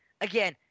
again